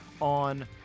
on